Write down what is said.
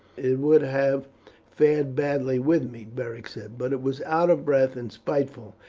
it would have fared badly with me, beric said but it was out of breath and spiteful,